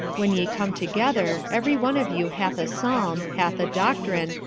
when ye come together, every one of you hath a psalm, hath a doctrine,